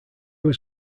was